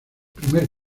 primer